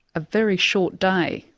a very short day.